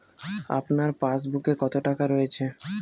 আপনার পাসবুকে কত টাকা রয়েছে?